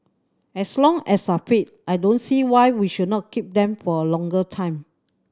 as long as are fit I don't see why we should not keep them for a longer time